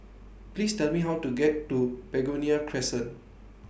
Please Tell Me How to get to Begonia Crescent